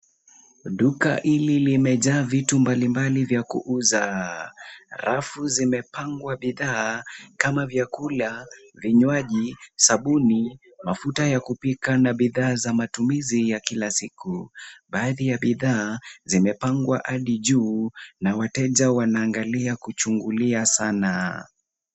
Duka hili limejaa vitu mbali mbali vya kuuza. Rafu zimepangwa bidhaa kama vyakula, vinywaji, sabuni, mafuta a kupika na bidhaa za matumizi ya kila siku. Baadhi ya bidhaa zimepangwa hadi juu na wateja wanaangalia kuchungulia sana.